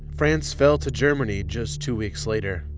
france fell to germany just two weeks later.